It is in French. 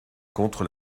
contre